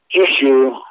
issue